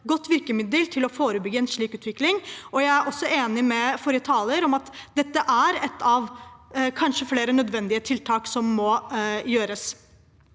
et godt virkemiddel for å forebygge en slik utvikling. Jeg er også enig med forrige taler i at dette er ett av kanskje flere nødvendige tiltak som må gjøres.